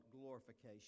glorification